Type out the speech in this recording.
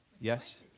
Yes